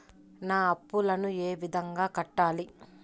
నా అప్పులను ఏ విధంగా కట్టాలి?